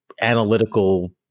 analytical